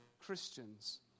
Christians